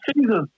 Jesus